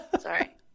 sorry